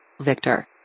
Victor